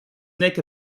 nick